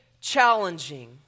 challenging